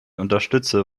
unterstütze